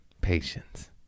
Patience